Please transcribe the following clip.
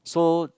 so